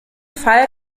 fall